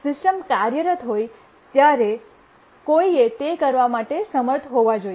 system કાર્યરત હોય ત્યારે કોઈએ તે કરવા માટે સમર્થ હોવા જોઈએ